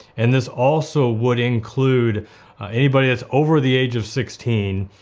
and this also would include anybody that's over the age of sixteen,